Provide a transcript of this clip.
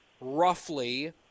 roughly